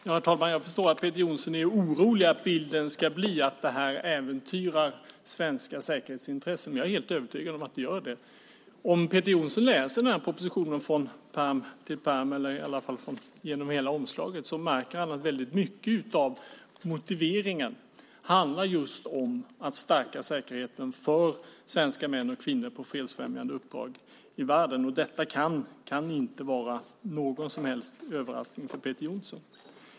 Herr talman! Jag förstår att Peter Jonsson är orolig för att bilden ska bli att detta äventyrar svenska säkerhetsintressen. Jag är helt övertygad om att det gör det. Om Peter Jonsson läser propositionen från pärm till pärm, eller i varje fall genom hela omslaget, märker han att väldigt mycket av motiveringen handlar just om att stärka säkerheten för svenska män och kvinnor på fredsfrämjande uppdrag i världen. Detta kan inte vara någon som helst överraskning för Peter Jonsson.